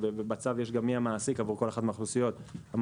ובצו נאמר מי המעסיק עבור כל אחת מהאוכלוסיות האלה,